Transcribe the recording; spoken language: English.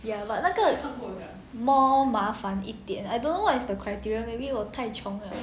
ya but 那个 more more 麻烦一点 I don't know what is the criteria maybe 我太穷了